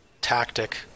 tactic